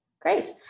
great